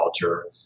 culture